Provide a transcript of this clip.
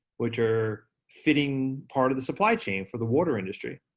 which are fitting part of the supply chain for the water industry.